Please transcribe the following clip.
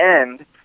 end